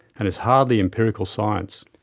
and is hardly empirical science.